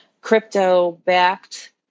crypto-backed